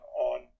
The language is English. on